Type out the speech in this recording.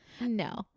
No